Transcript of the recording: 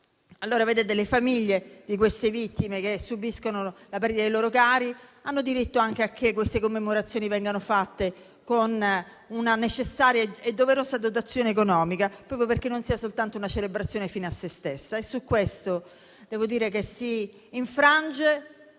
di Messina. Le famiglie di queste vittime, che subiscono la perdita dei loro cari, hanno diritto a che queste commemorazioni vengano fatte con una necessaria e doverosa dotazione economica, proprio perché non sia soltanto una celebrazione fine a se stessa. Su questo devo dire che si infrange